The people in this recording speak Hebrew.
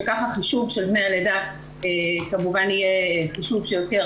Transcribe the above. שחישוב דמי הלידה יהיה חישוב שיותר